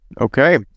Okay